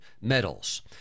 medals